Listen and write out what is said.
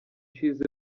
ushize